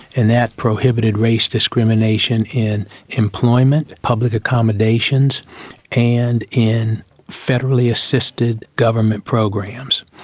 and that prohibited race discrimination in employment, public accommodations and in federally assisted government programs.